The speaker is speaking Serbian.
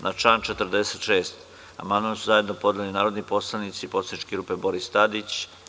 Na član 46. amandman su zajedno podneli narodni poslanici poslaničke grupe Boris Tadić.